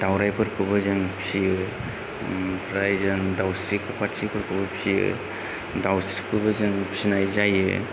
दाउरायफोरखौबो जों फियो ओमफ्राय जों दाउस्रि सखा थिफि खौबो जों फियो दाउस्रिखौबो जों फिनाय जायो